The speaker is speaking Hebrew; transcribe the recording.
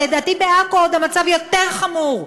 לדעתי בעכו המצב עוד יותר חמור,